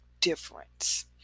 difference